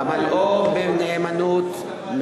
אמלאו בנאמנות,